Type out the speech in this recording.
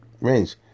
range